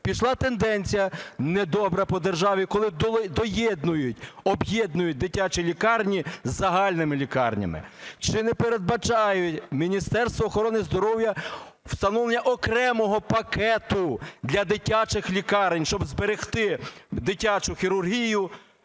Пішла тенденція недобра по державі, коли доєднують, об'єднують дитячі лікарні з загальними лікарнями. Чи не передбачає Міністерство охорони здоров'я встановлення окремого пакету для дитячих лікарень, щоб зберегти дитячу хірургію,